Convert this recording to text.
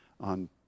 on